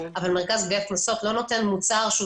אבל מרכז גביית קנסות לא נותן מוצר שהוא